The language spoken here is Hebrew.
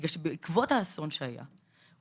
בגלל שבעקבות האסון שהיה,